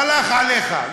הלך עליך,